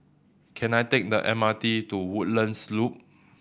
can I take the M R T to Woodlands Loop